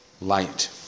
light